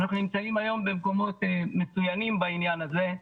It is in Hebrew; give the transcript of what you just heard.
אנחנו נמצאים היום במקומות מצוינים בעניין הזה,